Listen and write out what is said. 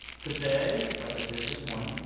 today, like i did this morning,